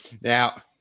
Now